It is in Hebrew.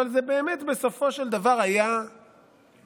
אבל זה באמת בסופו של דבר היה עניין